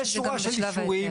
יש שורה של אישורים,